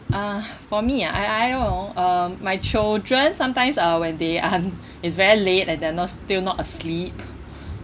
uh for me ah I I don't know um my children sometimes uh when they aren't it's very late and they're not still not asleep